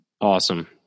Awesome